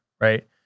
right